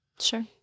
Sure